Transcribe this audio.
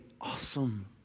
awesome